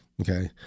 Okay